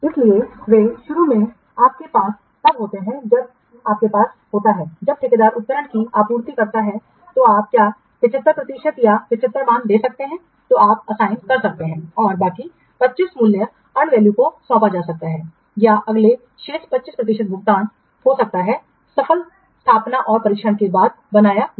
इसलिए वे शुरू में आपके पास तब होते हैं जब आपके पास होता है जब ठेकेदार उपकरण की आपूर्ति करता है तो आप क्या 75 प्रतिशत या 75 मान दे सकते हैं जो आप असाइन कर सकते हैं और बाकी 25 मूल्य अर्न वैल्यू को सौंपा जा सकता है या अगले शेष 25 प्रतिशत भुगतान हो सकता है सफल स्थापना और परीक्षण के बाद बनाया गया